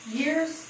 years